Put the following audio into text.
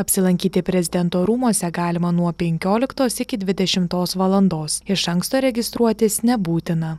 apsilankyti prezidento rūmuose galima nuo penkioliktos iki dvidešimtos valandos iš anksto registruotis nebūtina